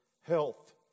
health